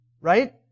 Right